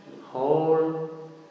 Whole